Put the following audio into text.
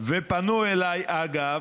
ופנו אליי, אגב,